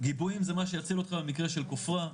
גיבויים זה מה שיציל אותך במקרה של כופרה.